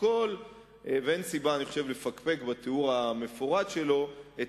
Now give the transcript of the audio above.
אני חושב שאין סיבה לפקפק בתיאור המפורט שלו,